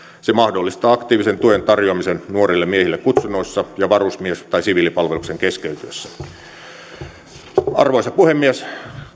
se mahdollistaa aktiivisen tuen tarjoamisen nuorille miehille kutsunnoissa ja varusmies tai siviilipalveluksen keskeytyessä arvoisa puhemies